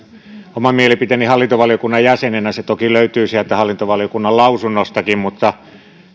oman mielipiteeni hallintovaliokunnan jäsenenä se toki löytyy sieltä hallintovaliokunnan lausunnostakin mutta